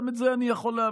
גם את זה אני יכול להבין.